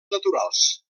naturals